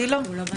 להבנתי, לא.